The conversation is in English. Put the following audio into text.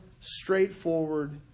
straightforward